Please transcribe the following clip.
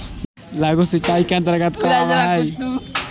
लघु सिंचाई के अंतर्गत का आव हइ?